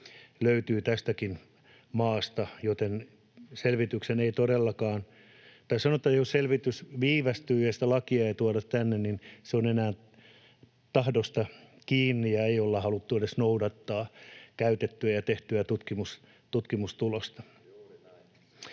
löytyy tästäkin maasta, joten selvityksen ei todellakaan... Tai sanotaan näin, että jos selvitys viivästyy ja sitä lakia ei tuoda tänne, niin se on enää tahdosta kiinni ja ei olla haluttu edes noudattaa käytettyä ja tehtyä tutkimustulosta.